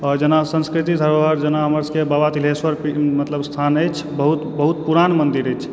आ जेना संस्कृति धरोहर जेना हमर सभके बाबा तिलेश्वर मतलब स्थान अछि बहुत बहुत पुरान मन्दिर अछि